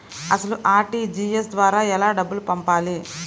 అసలు అర్.టీ.జీ.ఎస్ ద్వారా ఎలా డబ్బులు పంపాలి?